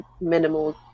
minimal